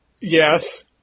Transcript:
Yes